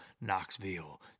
Knoxville